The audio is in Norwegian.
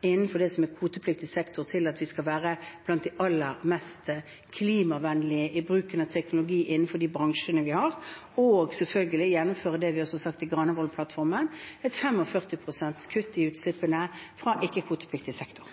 innenfor det som er kvotepliktig sektor til at vi skal være blant de aller mest klimavennlige i bruken av teknologi innenfor de bransjene vi har, og selvfølgelig gjennomføre det vi har sagt i Granavolden-plattformen: et 45 prosents kutt i utslippene fra ikke-kvotepliktig sektor.